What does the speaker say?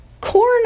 corn